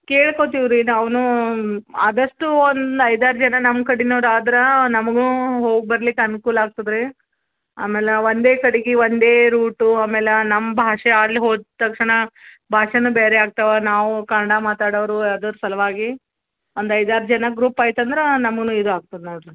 ಕೇಳ್ಕೊಳ್ತೀವಿ ರೀ ನಾವುನೂ ಆದಷ್ಟು ಒಂದು ಐದಾರು ಜನ ನಮ್ಮ ಕಡೆನವ್ರು ಆದ್ರೆ ನಮಗೂ ಹೋಗಿ ಬರ್ಲಿಕ್ಕೆ ಅನ್ಕೂಲ ಆಗ್ತದೆ ರೀ ಆಮೇಲೆ ಒಂದೇ ಕಡೆಗೆ ಒಂದೇ ರೂಟು ಆಮೇಲೆ ನಮ್ಮ ಭಾಷೆ ಅಲ್ಲಿ ಹೋದ ತಕ್ಷಣ ಭಾಷೆಯೂ ಬೇರೆ ಆಗ್ತವೆ ನಾವು ಕನ್ನಡ ಮಾತಾಡೋರು ಅದರ ಸಲುವಾಗಿ ಒಂದು ಐದಾರು ಜನ ಗ್ರೂಪ್ ಆಯ್ತು ಅಂದ್ರೆ ನಮ್ಮನ್ನೂ ಇದು ಆಗ್ತದೆ ನೋಡಿರಿ